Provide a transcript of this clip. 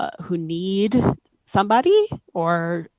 who need somebody or